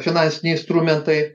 finansiniai instrumentai